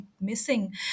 missing